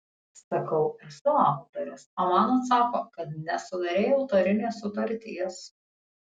sakau esu autorius o man atsako kad nesudarei autorinės sutarties